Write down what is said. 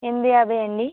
ఎనిమిది యాభై అండి